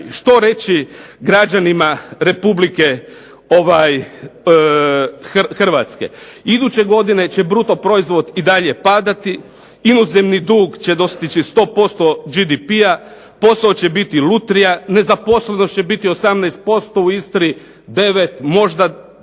što reći građanima Republike Hrvatske? Iduće godine će brutoproizvod i dalje padati, inozemni dug će dostići 100% BDP-a, posao će biti lutrija, nezaposlenost će biti 18%, u Istri 9, možda